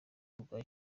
urwa